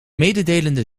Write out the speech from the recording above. mededelende